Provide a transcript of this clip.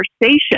conversation